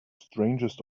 strangest